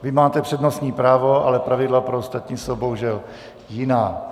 Vy máte přednostní právo, ale pravidla pro ostatní jsou bohužel jiná.